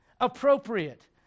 Appropriate